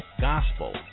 gospel